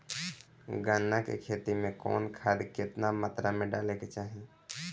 गन्ना के खेती में कवन खाद केतना मात्रा में डाले के चाही?